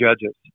judges